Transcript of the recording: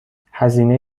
هزینه